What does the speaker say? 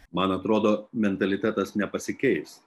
man atrodo mentalitetas nepasikeis